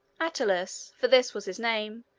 attalus, for this was his name,